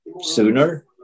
sooner